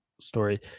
story